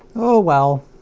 oh well.